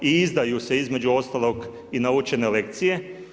I izdaju se između ostalog i naučene lekcije.